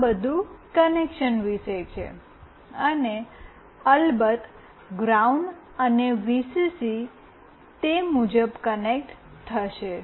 આ બધું કનેક્શન વિશે છે અને અલબત્ત ગ્રાઉન્ડ અને વીસીસી તે મુજબ કનેક્ટ થશે